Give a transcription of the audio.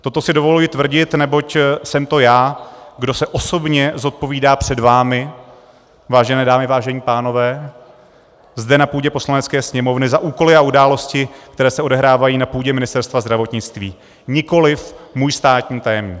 Toto si dovolují tvrdit, neboť jsem to já, kdo se osobně zodpovídá před vámi, vážené dámy, vážení pánové, zde na půdě Poslanecké sněmovny za úkoly a události, které se odehrávají na půdě Ministerstva zdravotnictví, nikoliv můj státní tajemník.